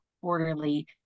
quarterly